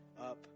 up